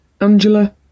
Angela